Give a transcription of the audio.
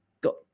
got